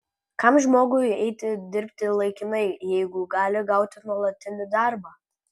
kam žmogui eiti dirbti laikinai jeigu gali gauti nuolatinį darbą